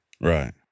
Right